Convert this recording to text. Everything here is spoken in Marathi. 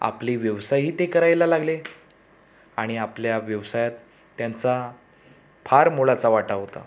आपले व्यवसायही ते करायला लागले आणि आपल्या व्यवसायात त्यांचा फार मोलाचा वाटा होता